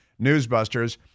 Newsbusters